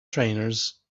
trainers